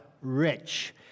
rich